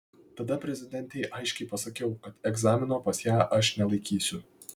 tada prezidentei aiškiai pasakiau kad egzamino pas ją aš nelaikysiu